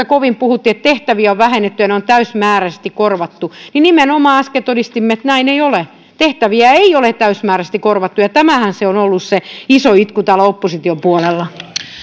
kovin puhuttiin että näitä tehtäviä on vähennetty ja ne on täysimääräisesti korvattu niin nimenomaan äsken todistimme että näin ei ole tehtäviä ei ole täysimääräisesti korvattu ja tämähän on ollut se iso itku täällä opposition puolella